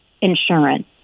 insurance